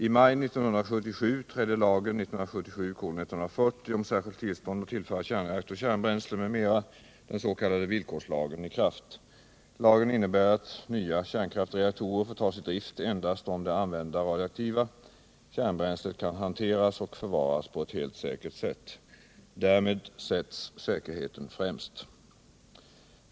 I maj 1977 trädde lagen om särskilt tillstånd att tillföra kärnreaktor kärnbränsle, m.m., den s.k. villkorslagen, i kraft. Lagen innebär att nya kärnkraftsreaktorer får tas i drift endast om det använda radioaktiva kärnbränslet kan hanteras och förvaras på ett helt säkert sätt. Därmed sätts säkerheten främst.